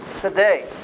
today